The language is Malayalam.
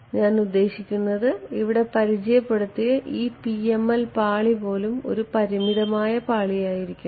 ഞാൻ ഉദ്ദേശിക്കുന്നത് ഇവിടെ പരിചയപ്പെടുത്തിയ ഈ PML പാളി പോലും ഒരു പരിമിതമായ പാളിയായിരിക്കണം